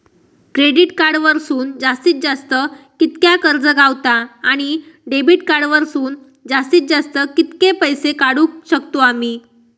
Credit card वरसून जास्तीत जास्त कितक्या कर्ज गावता, आणि डेबिट कार्ड वरसून जास्तीत जास्त कितके पैसे काढुक शकतू आम्ही?